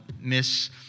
Miss